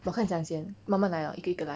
我跟你讲先慢慢来了一个一个来